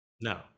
no